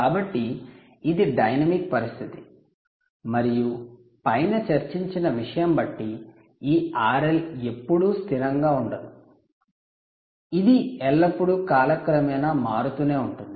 కాబట్టి ఇది డైనమిక్ పరిస్థితి మరియు పైన చర్చించిన విషయం బట్టి ఈ RL ఎప్పుడూ స్థిరంగా ఉండదు ఇది ఎల్లప్పుడూ కాలక్రమేణా మారుతూ ఉంటుంది